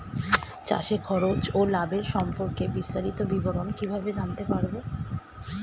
চাষে খরচ ও লাভের সম্পর্কে বিস্তারিত বিবরণ কিভাবে জানতে পারব?